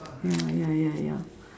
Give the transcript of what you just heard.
ya ya ya ya